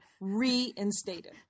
reinstated